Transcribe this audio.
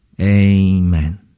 Amen